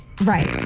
Right